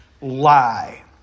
lie